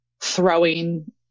throwing